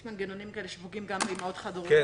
יש מנגנונים כאלה שפוגעים גם באימהות חד-הוריות.